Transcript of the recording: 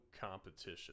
competition